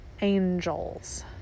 Angels